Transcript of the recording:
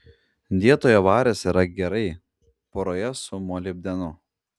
dietoje varis yra gerai poroje su molibdenu